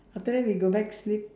after that we go back sleep